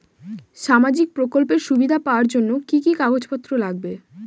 সামাজিক প্রকল্পের সুবিধা পাওয়ার জন্য কি কি কাগজ পত্র লাগবে?